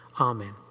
Amen